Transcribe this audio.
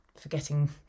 forgetting